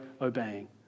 obeying